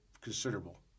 considerable